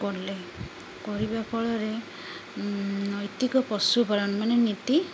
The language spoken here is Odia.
କଲେ କରିବା ଫଳରେ ନୈତିକ ପଶୁପାଳନ ମାନେ ନୀତି